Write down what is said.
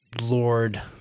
Lord